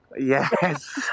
yes